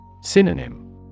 Synonym